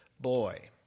boy